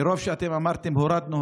מרוב שאתם אמרתם: הורדנו,